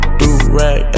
do-rag